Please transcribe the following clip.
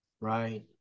Right